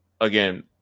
Again